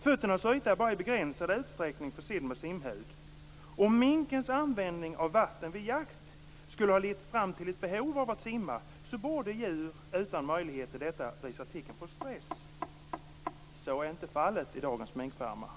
Fötternas yta är bara i begränsad utsträckning försedd med simhud. - Om minkens användning av vatten vid jakt skulle ha lett fram till ett behov av att simma borde djur utan möjlighet till detta visa tecken på stress." Så är inte fallet på dagens minkfarmar.